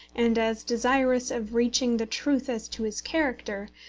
and as desirous of reaching the truth as to his character,